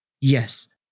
Yes